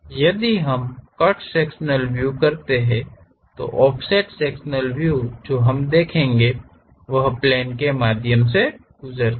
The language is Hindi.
यदि हम कट सेक्शनल व्यू करते हैं तो ऑफसेट सेक्शनल व्यू जो हम देखेंगे वह प्लेन के माध्यम से होता है